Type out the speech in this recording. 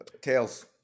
Tails